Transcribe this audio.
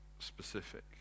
specific